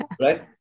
Right